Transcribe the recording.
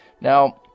Now